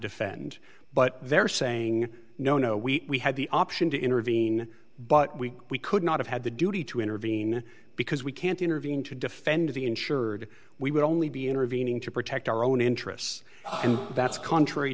defend but they're saying no no we had the option to intervene but we we could not have had the duty to intervene because we can't intervene to defend the insured we would only be intervening to protect our own interests and that's contrary